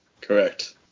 Correct